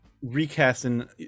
recasting